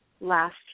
last